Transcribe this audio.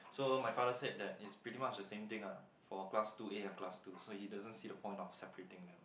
so my father said that it's pretty much the same thing ah for class two A and class two so he doesn't see the point of separating them